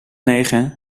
negen